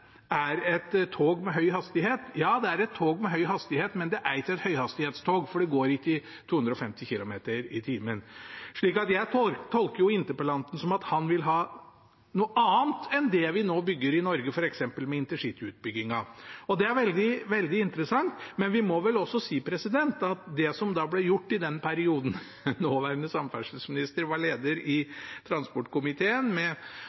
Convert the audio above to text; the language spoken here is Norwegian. et tog med høy hastighet. Ja, det er et tog med høy hastighet, men det er ikke et høyhastighetstog, for det går ikke i 250 km/t. Jeg tolker interpellanten slik at han vil ha noe annet enn det vi nå bygger i Norge, f.eks. med intercityutbyggingen. Det er veldig interessant, men vi må vel også si at det som ble gjort i den perioden nåværende samferdselsminister var leder i transportkomiteen, og Hallgeir Langeland og Øyvind Halleraker og andre var med,